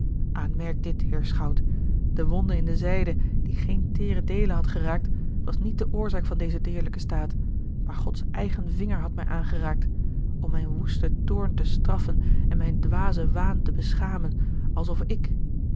aanmerk dit heer schout de wonde in de zijde die geene teêre deelen had geraakt was niet de oorzaak van dezen deerlijken staat maar gods eigen vinger had mij aangeraakt om mijn woesten toorn te straffen en mijn dwazen waan te beschamen alsof ik